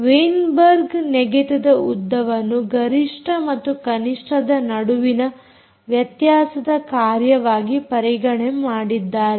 Weinberg ನೆಗೆತದ ಉದ್ದವನ್ನು ಗರಿಷ್ಠ ಮತ್ತು ಕನಿಷ್ಠದ ನಡುವಿನ ವ್ಯತ್ಯಾಸದ ಕಾರ್ಯವಾಗಿ ಪರಿಗಣನೆ ಮಾಡಿದ್ದಾರೆ